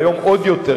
והיום עוד יותר,